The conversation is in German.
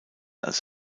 als